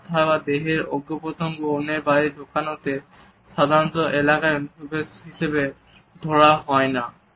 তার মাথা বা দেহের অঙ্গ প্রত্যঙ্গ অন্যের বাড়িতে ঢোকানোকে সাধারণত এলাকায় অনুপ্রবেশ হিসাবে ধরা হয় না